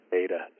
data